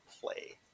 play